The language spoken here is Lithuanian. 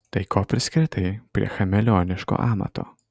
tai ko priskretai prie chameleoniško amato